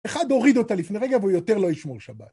אחד הוריד אותה לפני רגע והוא יותר לא ישמור שבת.